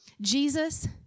Jesus